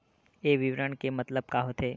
ये विवरण के मतलब का होथे?